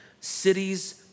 cities